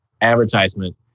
advertisement